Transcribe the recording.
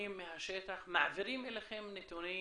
מהשטח, מעבירים אליכם נתונים?